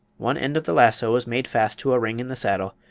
one end of the lasso was made fast to a ring in the saddle,